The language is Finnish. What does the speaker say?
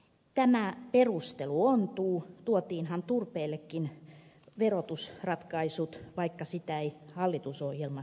tämä perustelu ontuu tuotiinhan turpeellekin verotusratkaisut vaikka niitä ei hallitusohjelmassa ollut